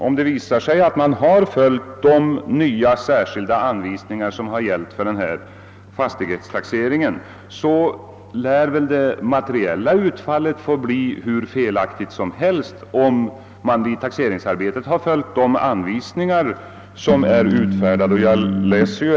Om taxeringsnämnderna följt de nya särskilda anvisningar som fastställts för den senaste fastighetstaxeringen, lär det materiella utfallet av taxeringen få bli hur felaktigt som helst. Det framgår ju att tabellerna för indexberäkning 0.